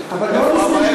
אבל בעוד 20,